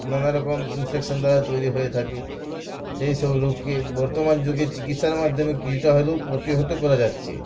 নানাারকম infection দ্বারা তৈরি হয়ে থাকে সেই সব রোগকে বর্তমান যুগে চিকিৎসার মাধ্যমে কিছুটা হলেও প্রতিহত করা যাচ্ছে